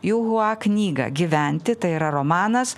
jiuhua knygą gyventi tai yra romanas